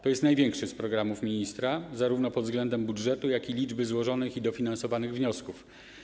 To jest największy z programów ministra zarówno pod względem budżetu, jak i liczby złożonych i dofinansowanych wniosków.